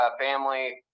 family